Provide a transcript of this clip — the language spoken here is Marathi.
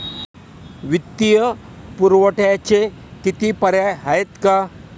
वित्तीय पुरवठ्याचे किती पर्याय आहेत का?